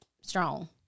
strong